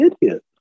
idiot